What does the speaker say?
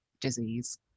disease